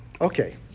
okay